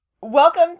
welcome